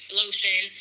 lotion